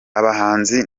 abahanzi